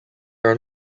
are